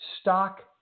stock